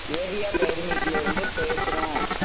AVR dairy மில்க்லேருந்து பேசுகிறோம்